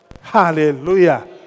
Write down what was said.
Hallelujah